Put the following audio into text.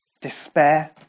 Despair